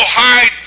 high